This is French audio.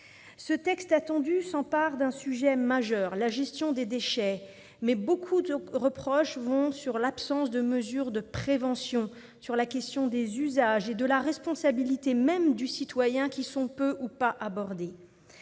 ce texte attendu s'empare d'un sujet majeur, la gestion des déchets. Mais de nombreux reproches portent sur l'absence de mesures de prévention, sur la question des usages et de la responsabilité même du citoyen. Autant de sujets qui